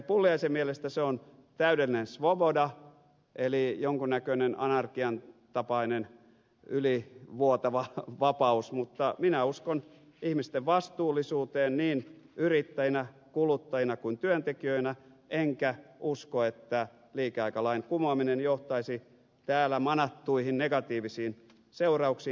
pulliaisen mielestä se on täydellinen svoboda eli jonkin näköinen anarkian tapainen ylivuotava vapaus mutta minä uskon ihmisten vastuullisuuteen niin yrittäjinä kuluttajina kuin työntekijöinä enkä usko että liikeaikalain kumoaminen johtaisi täällä manattuihin negatiivisiin seurauksiin